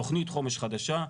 תכנית חומש חדשה,